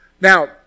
Now